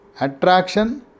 Attraction